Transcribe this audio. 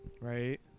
Right